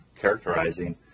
characterizing